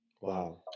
Wow